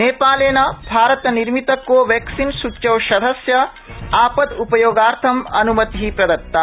नेपालेन भारतनिर्मित Covaxin सूच्यौषधस्य आपद्गोपयोगार्थम अन्मति प्रदत्ता